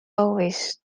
always